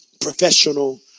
professional